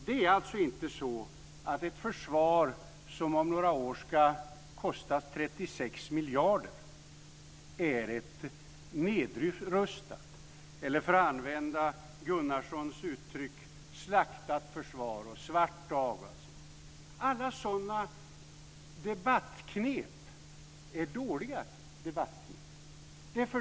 Det är alltså inte så att ett försvar som om några år ska kosta 36 miljarder är ett nedrustat eller - för att använda Gunnarssons uttryck - slaktat försvar. Alla sådana debattknep är dåliga.